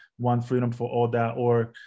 onefreedomforall.org